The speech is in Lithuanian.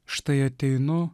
štai ateinu